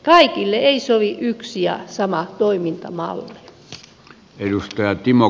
kaikille ei sovi yksi ja sama toimintamalli